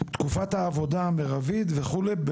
תקופת העבודה המרבית וכולי,